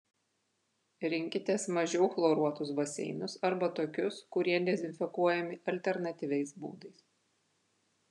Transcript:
rinkitės mažiau chloruotus baseinus arba tokius kurie dezinfekuojami alternatyviais būdais